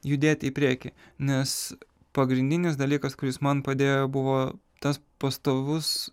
judėt į priekį nes pagrindinis dalykas kuris man padėjo buvo tas pastovus